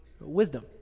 wisdom